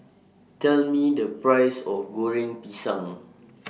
Tell Me The Price of Goreng Pisang